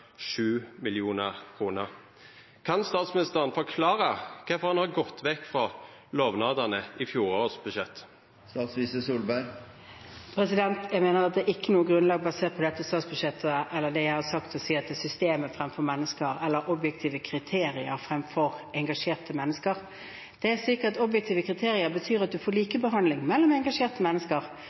Kan statsministeren forklara kvifor ein har gått vekk frå lovnadene i budsjettet for fjoråret? Jeg mener at det ikke er noe grunnlag basert på dette statsbudsjettet eller på det jeg har sagt, for å si at det er systemet fremfor mennesket eller objektive kriterier fremfor engasjerte mennesker. Objektive kriterier betyr at man får likebehandling av engasjerte mennesker.